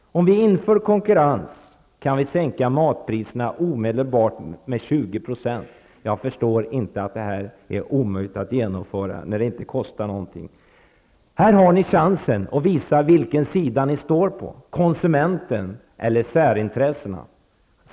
Om vi inför konkurrens, kan vi omedelbart sänka matpriserna med 20%. Jag förstår inte att det är omöjligt att genomföra. Det kostar ju inte någonting. Här har ni en chans att visa vilken sida ni står på -- konsumentens eller särintressenas.